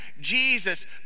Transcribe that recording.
Jesus